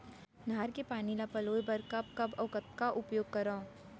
नहर के पानी ल पलोय बर कब कब अऊ कतका उपयोग करंव?